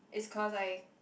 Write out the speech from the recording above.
is cause I